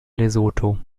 lesotho